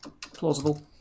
Plausible